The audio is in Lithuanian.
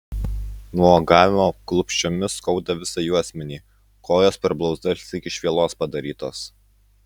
nuo uogavimo klupsčiomis skauda visą juosmenį kojos per blauzdas lyg iš vielos padarytos